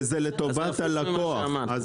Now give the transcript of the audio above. וזה לטובת הלקוח.